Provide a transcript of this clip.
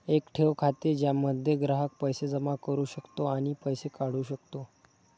एक ठेव खाते ज्यामध्ये ग्राहक पैसे जमा करू शकतो आणि पैसे काढू शकतो